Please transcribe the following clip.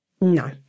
No